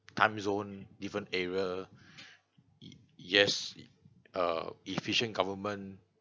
time zone different area yes uh efficient government